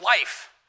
life